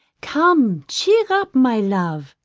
come cheer up, my love,